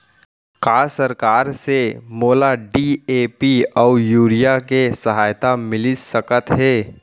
का सरकार से मोला डी.ए.पी अऊ यूरिया के सहायता मिलिस सकत हे?